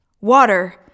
Water